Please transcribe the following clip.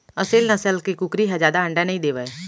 असेल नसल के कुकरी ह जादा अंडा नइ देवय